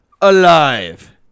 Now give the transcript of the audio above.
alive